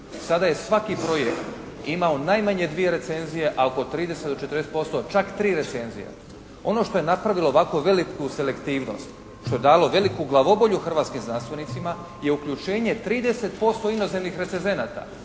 Sada je svaki projekt imao najmanje dvije recenzije, a oko 30 do 40% čak tri recenzije. Ono što je napravilo ovako veliku selektivnost, što je dalo veliku glavobolju hrvatskih znanstvenicima je uključenje 30% inozemnih recezenata